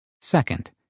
Second